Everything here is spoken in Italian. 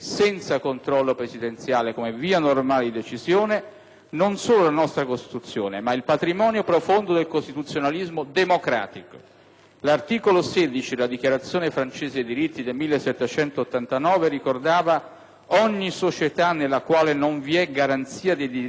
non solo la nostra Costituzione ma il patrimonio profondo del costituzionalismo democratico. L'articolo 16 della Dichiarazione francese dei diritti dell'uomo e del cittadino del 1789 ricordava che ogni società nella quale non vi è garanzia dei diritti e separazione dei poteri non ha costituzione.